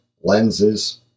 lenses